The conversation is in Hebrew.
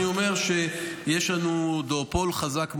אני אומר שיש לנו דואופול חזק מאוד,